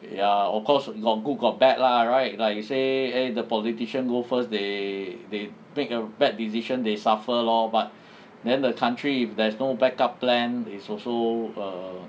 ya of course got good got bad lah right like you say eh the politician go first they they make a bad decision they suffer lor but then the country if there is no backup plan is also err